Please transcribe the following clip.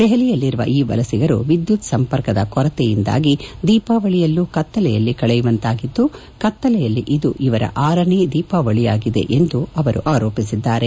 ದೆಹಲಿಯಲ್ಲಿರುವ ಈ ವಲಸಿಗರು ವಿದ್ಯುತ್ ಸಂಪರ್ಕದ ಕೊರತೆಯಿಂದಾಗಿ ದೀಪಾವಳಿಯಲ್ಲೂ ಕತ್ತಲೆಯಲ್ಲಿ ಕಳೆಯುವಂತಾಗಿದ್ದು ಕತ್ತಲೆಯಲ್ಲಿ ಇದು ಅವರ ಆರನೇ ದೀಪಾವಳಿಯಾಗಿದೆ ಎಂದು ಅವರು ಆರೋಪಿಸಿದ್ದಾರೆ